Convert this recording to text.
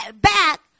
back